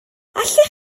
allech